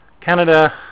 Canada